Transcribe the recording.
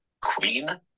Queen